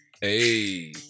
Hey